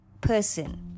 person